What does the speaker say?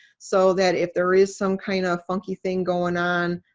so that if there is some kind of funky thing going on,